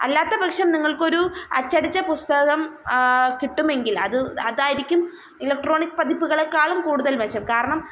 അല്ലാത്ത പക്ഷം നിങ്ങള്ക്ക് ഒരു അച്ചടിച്ച പുസ്തകം കിട്ടുമെങ്കില് അത് അതായിരിക്കും ഇലക്ട്രോണിക് പതിപ്പുകളെക്കാളും കൂടുതല് മെച്ചം കാരണം